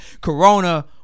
corona